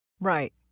Right